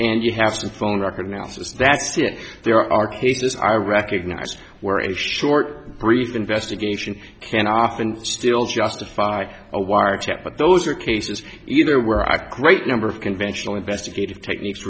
and you have some phone market analysis that's it there are cases i recognize where a short brief investigation can often still justify a wiretap but those are cases either where are great number of conventional investigative techniques